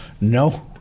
no